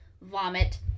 vomit